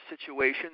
situation